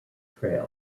trail